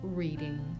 reading